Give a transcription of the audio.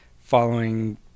following